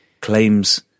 claims